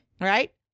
Right